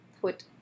put